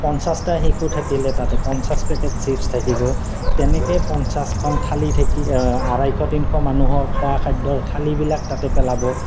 পঞ্চাছটা শিশু থাকিলে তাতে পঞ্চাছ পেকেট চিপ্ছ থাকিব তেনেকৈ পঞ্চাছখন থালি থাকি আঢ়ৈশ তিনিশ মানুহৰ খোৱা খাদ্যৰ থালিবিলাক তাতে পেলাব